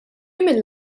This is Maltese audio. mill